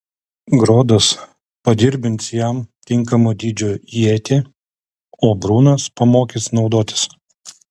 grodas padirbins jam tinkamo dydžio ietį o brunas pamokys naudotis